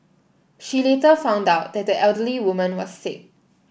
she later found out that the elderly woman was sick